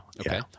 Okay